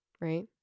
right